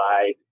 provide